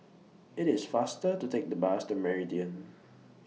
IT IS faster to Take The Bus to Meridian